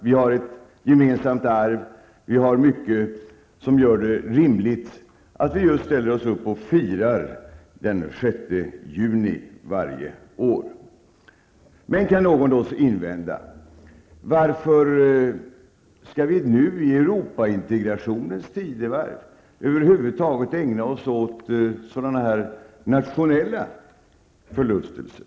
Vi har ett gemensamt arv, och det är mycket som gör det rimligt att vi firar just den Men, kan någon då invända, varför skall vi nu i Europaintegrationens tidevarv över huvud taget ägna oss åt sådana här nationella förlustelser?